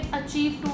achieve